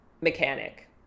mechanic